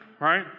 right